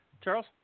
Charles